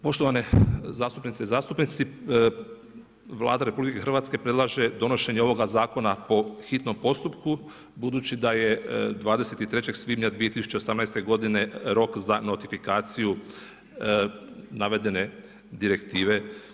Poštovane zastupnice i zastupnici, Vlada RH predlaže donošenje ovog Zakona po hitnom postupku, budući da je 23. svibnja 2018. godine rok za notifikaciju navedene Direktive.